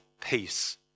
peace